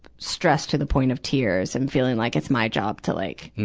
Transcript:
stressed to the point of tears. and feeling like it's my job to like,